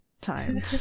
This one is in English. time